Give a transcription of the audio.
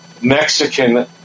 Mexican